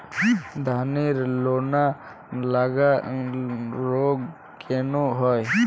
ধানের লোনা লাগা রোগ কেন হয়?